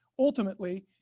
ultimately,